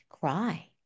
cry